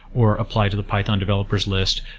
or apply to the python developers' list,